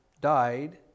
died